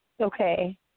Okay